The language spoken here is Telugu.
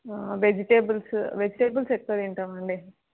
వెజిటేబుల్స్ వెజిటేబుల్స్ ఎక్కువ తింటాము అండి